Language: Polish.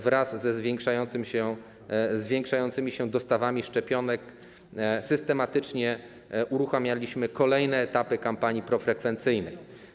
Wraz ze zwiększającymi się dostawami szczepionek systematycznie uruchamialiśmy kolejne etapy kampanii profrekwencyjnej.